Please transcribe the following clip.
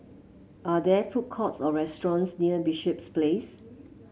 are there food courts or restaurants near Bishops Place